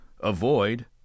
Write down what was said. avoid